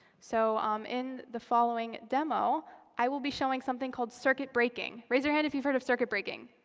so um in the following demo, i will be showing something called circuit breaking. raise your hand if you've heard of circuit breaking.